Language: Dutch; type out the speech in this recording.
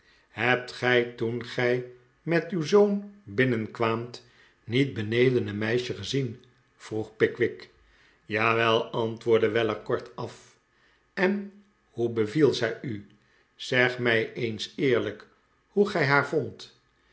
hebt gij toen gij met uw zoon binnehkwaamt niet beneden een meisje gezien vroeg pickwick j awe antwoordde weller kortaf en hoe beviel zij u zeg mij eens eerlijk hoe gij haar vondt